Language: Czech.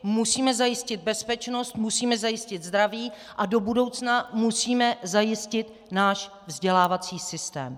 Musíme zajistit bezpečnost, musíme zajistit zdraví a do budoucna musíme zajistit náš vzdělávací systém.